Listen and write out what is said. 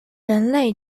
人类